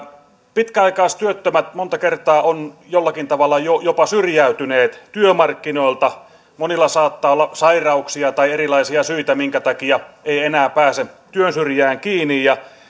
pitkäaikaistyöttömät monta kertaa ovat jollakin tavalla jopa syrjäytyneet työmarkkinoilta monella saattaa olla sairauksia tai erilaisia syitä minkä takia ei enää pääse työn syrjään kiinni ja